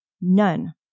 None